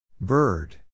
Bird